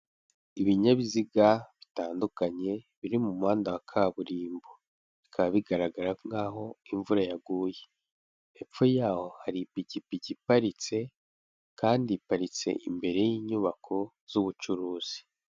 Ibinyabiziga bitandukanye biri mu muhanda wa kaburimbo bikaba bigaragara nk'aho imvura yaguye, hepfo yaho hari ipikipiki iparitse kandi iparitse imbere y'inyubako z'ubucuruzi.